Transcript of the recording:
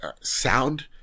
sound